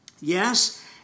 Yes